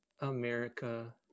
america